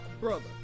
brother